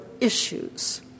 issues